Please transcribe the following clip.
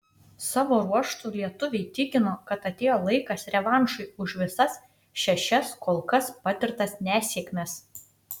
savo ruožtu lietuviai tikino kad atėjo laikas revanšui už visas šešias kol kas patirtas nesėkmes